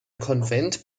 konvent